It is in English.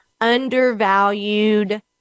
undervalued